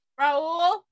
raul